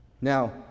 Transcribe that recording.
Now